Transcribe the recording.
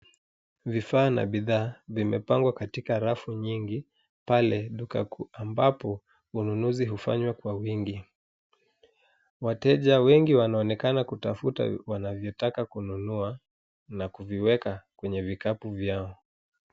Vifaa na bidhaa vimepangwa katika rafu nyingi pale duka kuu ambapo ununuzi hufanywa kwa uwingi. Wateja wengi wanaonekana kutafuta wanavyotaka kununua na kuviweka kwenye vikapu vyao.